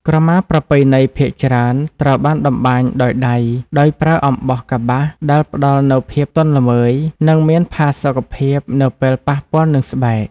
ក្រមាប្រពៃណីភាគច្រើនត្រូវបានតម្បាញដោយដៃ ដោយប្រើអំបោះកប្បាស ដែលផ្តល់នូវភាពទន់ល្មើយ និងមានផាសុកភាពនៅពេលប៉ះពាល់នឹងស្បែក។